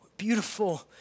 beautiful